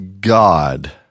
God